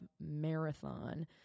marathon